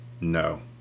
No